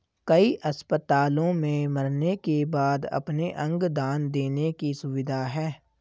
कई अस्पतालों में मरने के बाद अपने अंग दान देने की सुविधा है